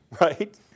right